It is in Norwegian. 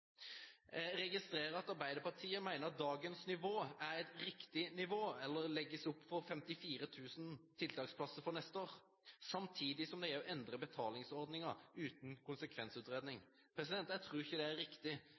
Jeg registrerer at Arbeiderpartiet mener at dagens nivå er et riktig nivå – det legges opp til 54 000 tiltaksplasser for neste år, samtidig som de endrer betalingsordningen uten konsekvensutredning. Jeg tror ikke det er riktig.